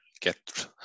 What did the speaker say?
get